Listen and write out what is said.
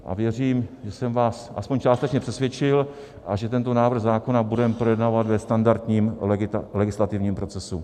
A věřím, že jsem vás aspoň částečně přesvědčil a že tento návrh zákona budeme projednávat ve standardním legislativním procesu.